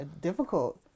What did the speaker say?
difficult